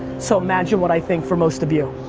so imagine what i think for most of you.